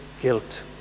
guilt